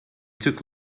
took